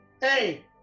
hey